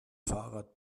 fahrrad